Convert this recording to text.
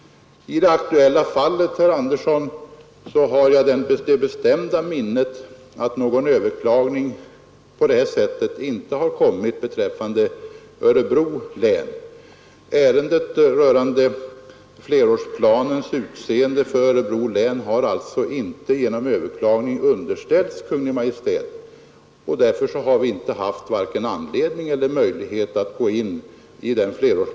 I det aktuella fallet, herr Andersson i Örebro, har jag det bestämda minnet att något överklagande inte har skett från länsstyrelsen. Ärendet rörande flerårsplanens utseende för Örebro län har alltså inte underställts Kungl. Maj:t, och därför har vi inte haft vare sig anledning eller möjlighet att gå in på saken.